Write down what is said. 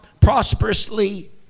prosperously